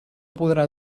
podrà